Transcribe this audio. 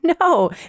No